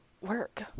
work